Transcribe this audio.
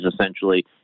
essentially